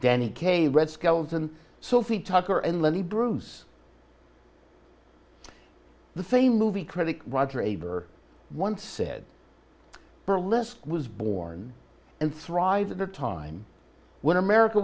danny kaye red skelton sophie tucker and lenny bruce the fame movie critic roger aber once said burlesque was born and thrives in a time when america